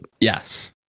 Yes